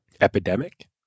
epidemic